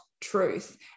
truth